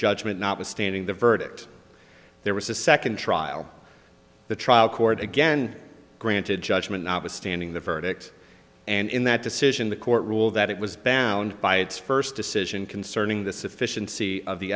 judgment notwithstanding the verdict there was a second trial the trial court again granted judgment notwithstanding the verdict and in that decision the court ruled that it was bound by its first decision concerning the sufficiency of the